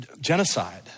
Genocide